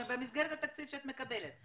במסגרת התקציב שאת מקבלת.